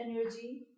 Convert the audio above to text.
energy